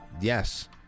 yes